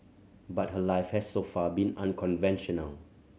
but her life has so far been unconventional